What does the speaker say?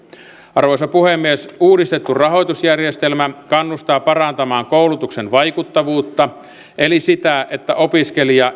arvoisa puhemies uudistettu rahoitusjärjestelmä kannustaa parantamaan koulutuksen vaikuttavuutta eli sitä että opiskelija